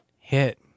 hit